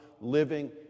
living